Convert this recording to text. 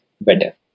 better